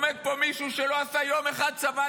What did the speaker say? עומד פה מישהו שלא עשה יום אחד צבא,